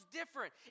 different